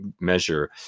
measure